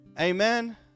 Amen